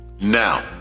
Now